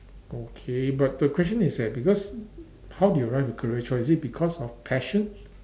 okay but the question is that because how did you arrive at your career choice is it because of passion